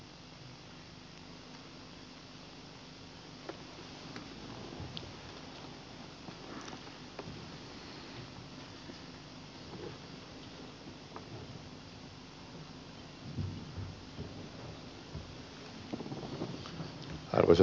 arvoisa puhemies